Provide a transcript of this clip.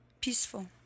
Peaceful